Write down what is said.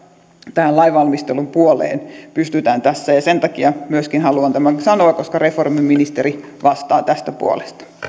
tähän lainvalmistelun puoleen pystytään tässä kohdentamaan ja sen takia haluan tämän sanoa että reformiministeri vastaa tästä puolesta